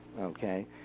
okay